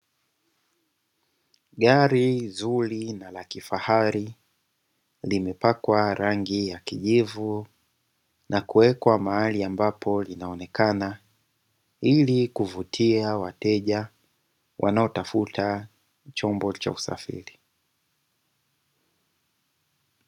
Gari nzuri na la kifahari limepakwa rangi ya kijivu na kuwekwa mahali ambapo linaonekana. Ili kuvutia wateja wanaotafuta chombo cha usafiri.